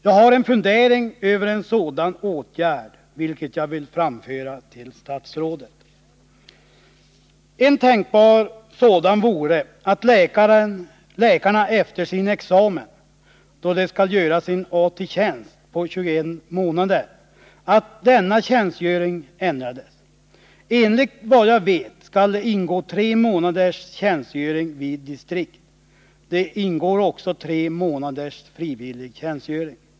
Jag har en fundering över en sådan åtgärd, vilket jag vill framföra till statsrådet. En tänkbar åtgärd vore enligt min mening att ändra den AT-tjänstgöring om 21 månader som läkarna skall göra efter sin examen. Enligt vad jag vet skall det i AT-tjänstgöringen ingå tre månaders distriktstjänstgöring och också tre månaders frivillig tjänstgöring.